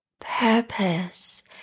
purpose